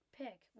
pick